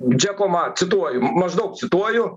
džeko ma cituoju maždaug cituoju